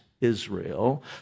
Israel